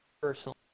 personally